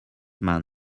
man